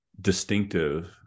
distinctive